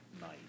night